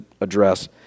address